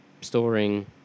storing